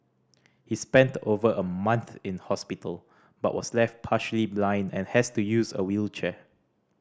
he spent over a month in hospital but was left partially blind and has to use a wheelchair